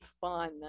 fun